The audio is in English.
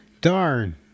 Darn